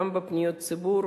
גם בפניות הציבור,